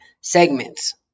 segments